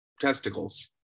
testicles